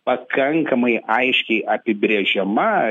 pakankamai aiškiai apibrėžiama